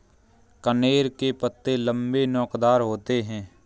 कनेर के पत्ते लम्बे, नोकदार होते हैं